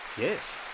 yes